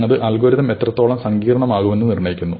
അത് അൽഗോരിതം എത്രത്തോളം സങ്കീർണ്ണമാകുമെന്ന് നിർണ്ണയിക്കുന്നു